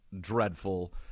dreadful